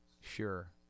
Sure